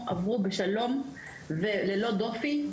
עברו בשלום וללא דופי,